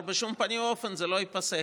ואמר שבשום פנים ואופן זה לא ייפסק.